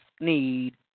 need